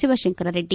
Shivashankar Reddy